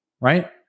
right